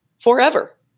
forever